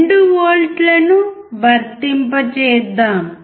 2 వోల్ట్లను వర్తింపజేద్దాం